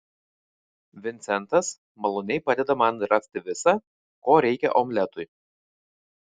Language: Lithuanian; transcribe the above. vincentas maloniai padeda man rasti visa ko reikia omletui